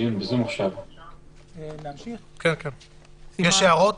יש הערות?